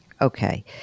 Okay